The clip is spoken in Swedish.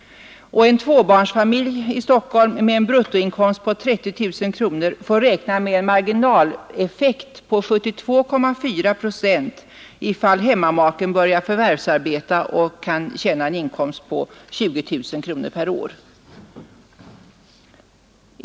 En tvåbarnsfamilj i Stockholm med en bruttoinkomst på 30 000 kronor får räkna med en marginaleffekt på 72,4 procent ifall hemmamaken börjar förvärvsarbeta och får en inkomst på 20 000 kronor per år.